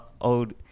old